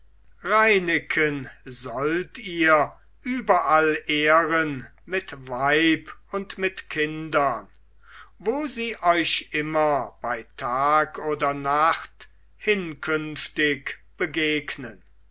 reineken sollt ihr überall ehren mit weib und mit kindern wo sie euch immer bei tag oder nacht künftig begegnen